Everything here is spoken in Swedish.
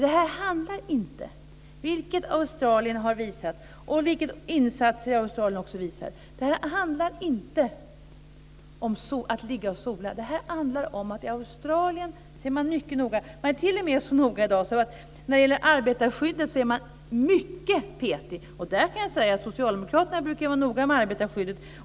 Det här handlar inte - vilket insatser i Australien har visat - om att ligga och sola. I Australien är man mycket noga. När det gäller arbetarskyddet är man mycket petig. Socialdemokraterna brukar vara noga med arbetarskyddet.